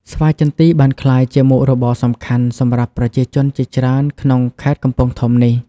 ស្វាយចន្ទីបានក្លាយជាមុខរបរសំខាន់សម្រាប់ប្រជាជនជាច្រើនក្នុងខេត្តកំពង់ធំនេះ។